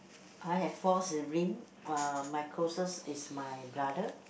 I have four sibling uh my closest is my brother